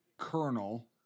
colonel